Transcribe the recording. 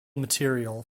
material